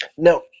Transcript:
Now